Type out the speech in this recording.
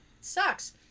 sucks